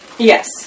Yes